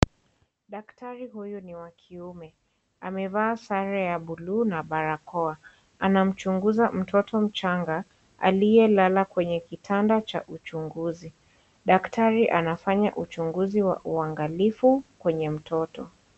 Daktari huyu ni wa kiume, amevaa sare ya buluu na barakoa anamchunguza mtoto mchanga aliye lala kwenye kitanda cha uchunguzi daktari anafanya uchunguzi wa uangalifu kwenye mtoto.